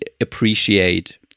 appreciate